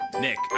Nick